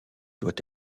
doit